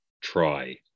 Try